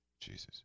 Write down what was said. Jesus